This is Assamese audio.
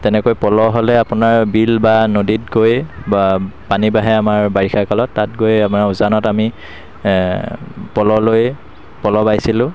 তেনেকে পলহ হ'লে আপোনাৰ বিল বা নদীত গৈ বা পানী বাঢ়ে আমাৰ বাৰিষা কালত তাত গৈ আমাৰ উজানত আমি পলহ লৈ পলহ বাইছিলোঁ